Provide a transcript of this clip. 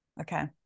Okay